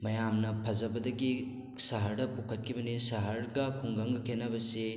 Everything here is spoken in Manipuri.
ꯃꯌꯥꯝꯅ ꯐꯖꯕꯗꯒꯤ ꯁꯍꯔꯗ ꯄꯨꯈꯠꯈꯤꯕꯅꯤ ꯁꯍꯔꯒ ꯈꯨꯡꯒꯪꯒ ꯈꯦꯠꯅꯕꯁꯤ